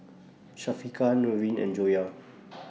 Syafiqah Nurin and Joyah